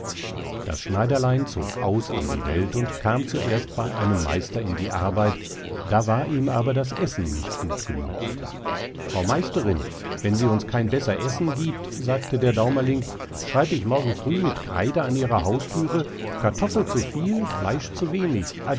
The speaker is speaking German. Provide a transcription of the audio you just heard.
das schneiderlein zog aus in die welt und kam zuerst bei einem meister in die arbeit da war ihm aber das essen nicht gut genug frau meisterin wenn sie uns kein besser essen giebt sagte der daumerling schreib ich morgenfrüh mit kreide an ihre hausthüre kartoffel zu viel fleisch zu wenig